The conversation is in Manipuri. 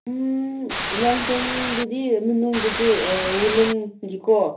ꯂꯣꯡꯄꯦꯟꯗꯨꯗꯤ ꯃꯅꯨꯡꯗ ꯑꯗꯨ ꯋꯨꯂꯟꯒꯤꯀꯣ